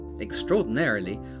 Extraordinarily